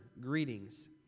greetings